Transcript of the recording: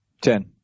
Ten